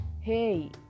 Hey